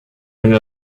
and